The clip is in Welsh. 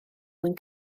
mwyn